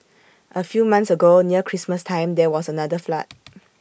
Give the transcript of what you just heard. A few months ago near Christmas time there was another flood